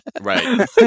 Right